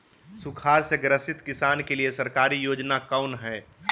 सुखाड़ से ग्रसित किसान के लिए सरकारी योजना कौन हय?